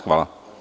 Hvala.